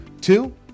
Two